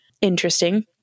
interesting